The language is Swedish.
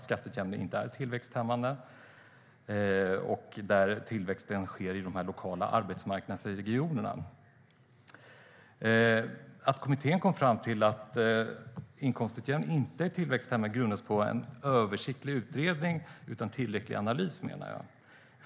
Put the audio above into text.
Skatteutjämningen är inte tillväxthämmande. Tillväxten sker i de lokala arbetsmarknadsregionerna. Att kommittén kom fram till att inkomstutjämning inte är tillväxthämmande grundas på en översiktlig utredning utan tillräcklig analys.